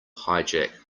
hijack